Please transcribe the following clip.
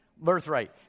Birthright